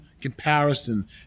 comparison